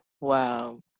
Wow